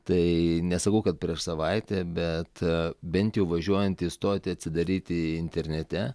tai nesakau kad prieš savaitę bet bent jau važiuojant į stotį atsidaryti internete